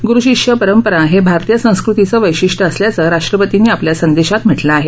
गुरु शिष्य परंपरा हे भारतीय संस्कृतीचं वैशिष्ट्यं असल्याचं राष्ट्रपतींनी आपल्या संदेशात म्हटलं आहे